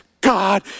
God